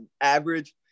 Average